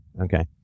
Okay